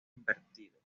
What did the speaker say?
invertido